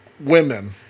women